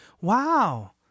Wow